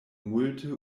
multe